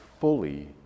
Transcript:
fully